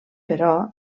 però